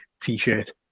T-shirt